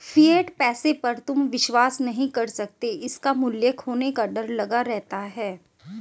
fiat पैसे पर तुम विश्वास नहीं कर सकते इसका मूल्य खोने का डर लगा रहता है